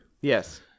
Yes